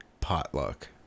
potluck